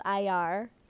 IR